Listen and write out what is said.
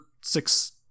six